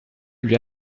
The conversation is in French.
lui